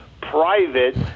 private